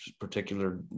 particular